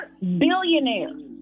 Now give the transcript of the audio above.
billionaires